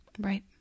Right